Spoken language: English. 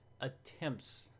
attempts